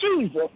Jesus